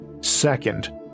Second